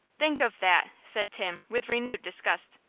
think of that! said tim, with renewed disgust.